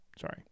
Sorry